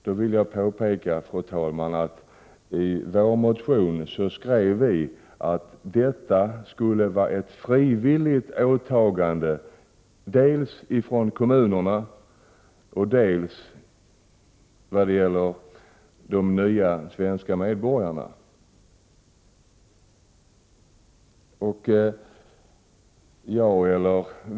Jag vill då påpeka, fru talman, att vi i vår motion skrev att detta skulle vara ett frivilligt åtagande dels för kommunerna, dels för de nya svenska medborgarna.